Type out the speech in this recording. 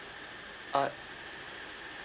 ah